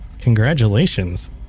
Congratulations